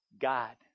God